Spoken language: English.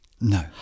No